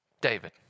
David